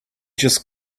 just